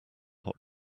hot